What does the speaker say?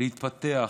להתפתח,